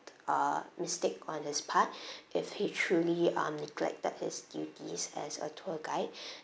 uh mistake on his part if he truly uh neglected his duties as a tour guide